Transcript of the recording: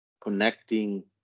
connecting